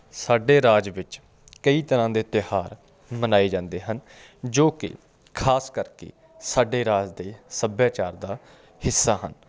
ਸਾਡੇ ਰਾਜ ਵਿੱਚ ਕਈ ਤਰ੍ਹਾਂ ਦੇ ਤਿਉਹਾਰ ਮਨਾਏ ਜਾਂਦੇ ਹਨ ਜੋ ਕਿ ਖਾਸ ਕਰਕੇ ਸਾਡੇ ਰਾਜ ਦੇ ਸੱਭਿਆਚਾਰ ਦਾ ਹਿੱਸਾ ਹਨ